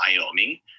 Wyoming